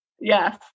Yes